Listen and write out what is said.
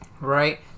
right